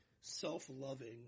self-loving